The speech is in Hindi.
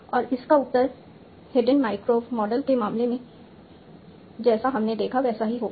और इसका उत्तर हिडेन मार्कोव मॉडल के मामले में जैसा हमने देखा वैसा ही होगा